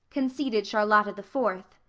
conceded charlotta the fourth,